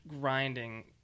grinding